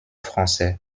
français